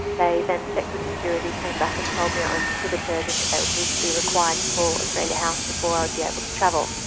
they then checked with security, came back and told me i was inhibited and that they would be required to call australia house before i would be able to travel,